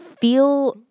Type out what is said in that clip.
feel